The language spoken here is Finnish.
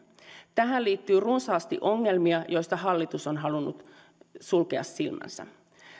tähän liittyy runsaasti ongelmia joilta hallitus on halunnut sulkea silmänsä